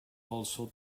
also